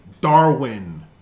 Darwin